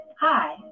Hi